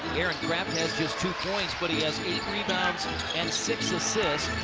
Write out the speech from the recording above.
aaron craft has just two points. but he has eight rebounds and six assists.